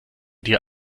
dir